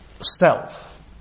stealth